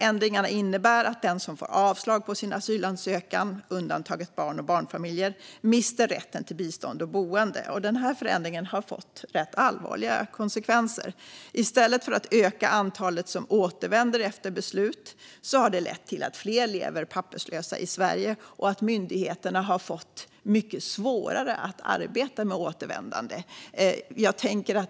Ändringarna innebär att den som får avslag på sin asylansökan, undantaget barn och barnfamiljer, mister rätten till bistånd och boende. Denna förändring har fått ganska allvarliga konsekvenser. I stället för att öka antalet som återvänder efter beslut om av eller utvisning har den lett till att fler lever som papperslösa i Sverige. Myndigheterna har också fått mycket svårare att arbeta med återvändande.